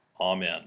Amen